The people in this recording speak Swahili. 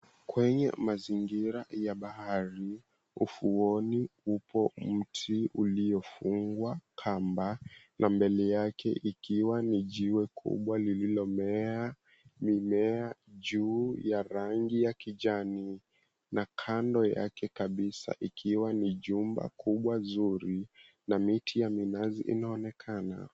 Kwenye mazingira ya bahari, ufuoni upo mti uliofungwa kamba na mbele yake ikiwa ni jiwe kubwa lililomea mimea juu ya rangi ya kijani na kando yake kabisa ikiwa ni jumba kubwa zuri na miti ya minazi inaonekana.